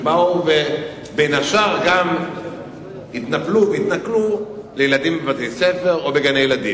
ובין השאר גם התנפלו והתנכלו לילדים בבתי-ספר ובגני-ילדים,